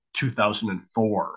2004